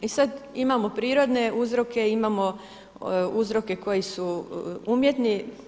E sada, imamo prirodne uzroke, imamo uzroke koji su umjetni.